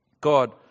God